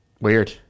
Weird